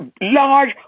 large